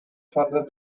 further